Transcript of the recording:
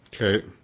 Okay